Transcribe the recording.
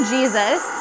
Jesus